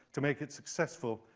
to make it successful,